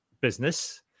business